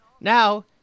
now